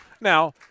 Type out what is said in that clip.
Now